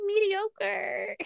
mediocre